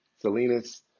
Salinas